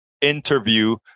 interview